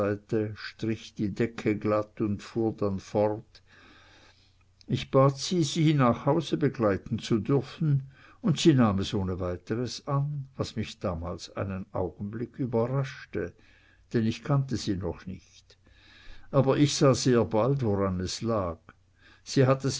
strich die decke glatt und fuhr dann fort ich bat sie sie nach hause begleiten zu dürfen und sie nahm es ohne weiteres an was mich damals einen augenblick überraschte denn ich kannte sie noch nicht aber ich sah sehr bald woran es lag sie hatte